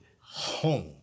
home